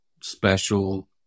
special